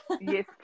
Yes